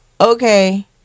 Okay